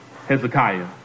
Hezekiah